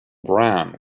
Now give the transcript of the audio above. brown